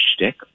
shtick